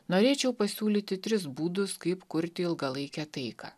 norėčiau pasiūlyti tris būdus kaip kurti ilgalaikę taiką